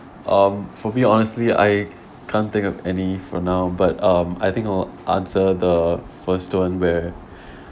um for me honestly I can't think of any for now but um I think I'll answer the first [one] where